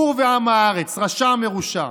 בור ועם הארץ, רשע מרושע.